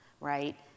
right